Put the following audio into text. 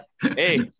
Hey